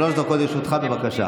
שלוש דקות לרשותך, בבקשה.